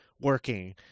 working